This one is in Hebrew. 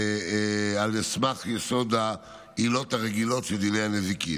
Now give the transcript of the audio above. על סמך יסוד העילות הרגילות של דיני הנזיקין.